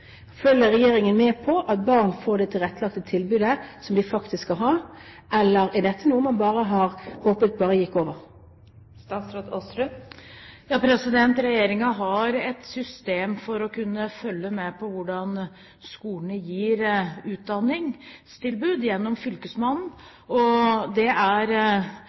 regjeringen med på at barn får det tilrettelagte tilbudet som de faktisk skal ha? Eller er dette noe man bare håpet gikk over? Regjeringen har et system for å kunne følge med på hvordan skolene gir utdanningstilbud, gjennom fylkesmannen. Det er